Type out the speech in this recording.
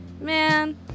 man